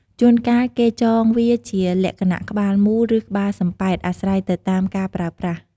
ជួនកាលគេចងវាជាលក្ខណៈ ក្បាលមូល ឬ ក្បាលសំប៉ែត អាស្រ័យទៅតាមការប្រើប្រាស់។